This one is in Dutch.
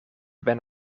ben